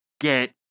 get